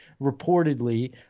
reportedly